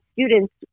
students